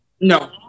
No